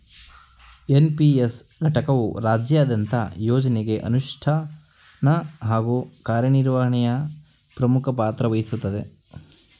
NPS ಘಟಕವು ರಾಜ್ಯದಂತ ಯೋಜ್ನಗೆ ಅನುಷ್ಠಾನ ಹಾಗೂ ಕಾರ್ಯನಿರ್ವಹಣೆಯ ಪ್ರಮುಖ ಪಾತ್ರವಹಿಸುತ್ತದೆ